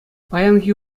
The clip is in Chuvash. паянхи